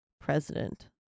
president